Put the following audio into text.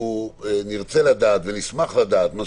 נרצה לדעת ונשמח להבין מה